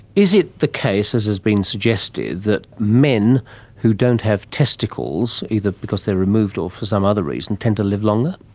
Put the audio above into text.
is it the case, as has been suggested, that men who don't have testicles, either because they've been removed or for some other reason, tend to live longer?